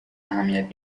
اهمیت